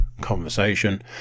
conversation